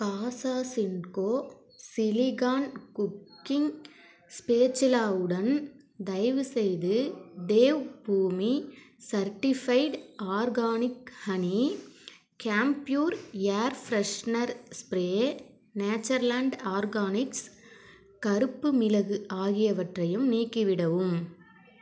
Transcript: காஸாஸுன்கோ silicone cooking ஸ்பேச்சிலாவுடன் தயவுசெய்து Devbhoomi certified organic honey Campure air freshener spray Natureland organics கருப்பு மிளகு ஆகியவற்றையும் நீக்கிவிடவும்